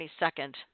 22nd